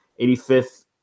85th